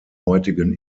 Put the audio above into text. heutigen